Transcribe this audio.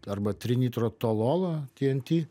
arba trinitro tolola tnt